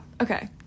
okay